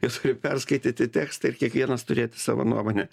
jie turi perskaityti tekstą ir kiekvienas turėti savo nuomonę